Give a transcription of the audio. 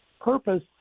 purpose